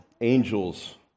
angels